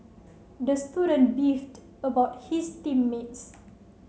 the student beefed about his team mates